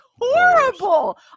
horrible